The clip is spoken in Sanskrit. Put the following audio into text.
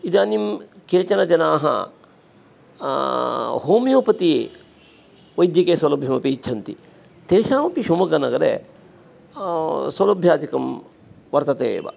इदानीं केचन जनाः होमियोपति वैद्यिकीयसौलभ्यमपि इच्छन्ति तेषामपि शिवमोग्गानगरे सौलभ्यादिकं वर्तते एव